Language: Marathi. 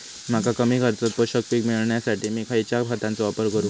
मका कमी खर्चात पोषक पीक मिळण्यासाठी मी खैयच्या खतांचो वापर करू?